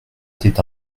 était